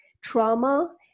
trauma